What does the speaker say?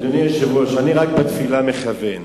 אדוני היושב-ראש, אני רק בתפילה מכוון.